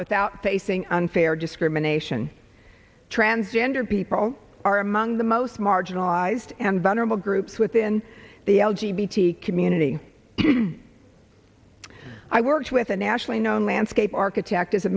without facing unfair discrimination transgender people are among the most marginalized and vulnerable groups within the l g b t community i worked with a nationally known landscape architect is a